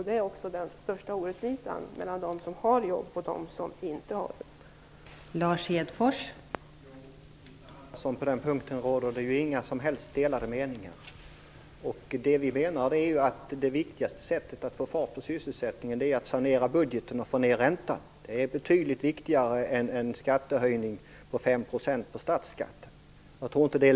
Det är också den största orättvisan mellan dem som har jobb och dem som inte har jobb.